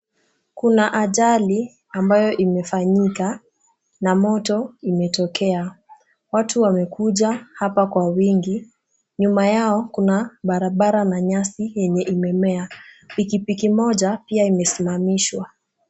Kuna ajali ambayo imefanyika na moto imetokea. Watu wamekuja hapa kwa wingi, nyuma yao kuna barabara na nyasi yenye imemea. Pikipiki moja pia imesimamishwa.